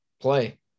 play